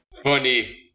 funny